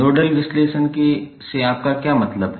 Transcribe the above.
node ल विश्लेषण से आपका क्या मतलब है